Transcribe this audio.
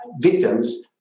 victims